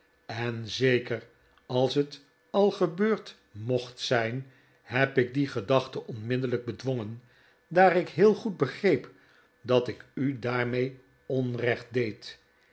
en zeker als het al gebeurd mocht zijn heb ik die gedachte onmiddellijk bedwongen daar ik heel goed begreep dat ik u daarmee onrecht deed